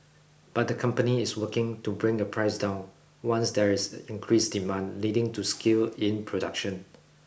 but the company is working to bring the price down once there is increased demand leading to scale in production